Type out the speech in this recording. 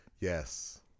Yes